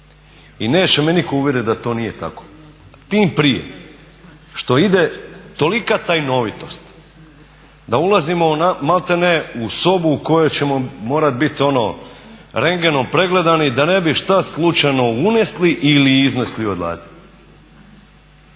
I neće me nitko uvjerit da to nije tako. Tim prije što ide tolika tajnovitost da ulazimo malte ne u sobu u kojoj ćemo morati biti rendgenom pregledani da ne bi šta slučajno unesli ili iznesli …/Govornik